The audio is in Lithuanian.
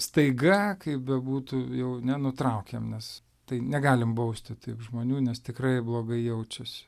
staiga kaip bebūtų jau nenutraukiam nes tai negalim bausti taip žmonių nes tikrai blogai jaučiasi